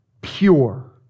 pure